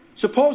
Suppose